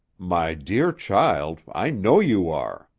my dear child, i know you are,